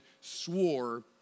swore